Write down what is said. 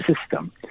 system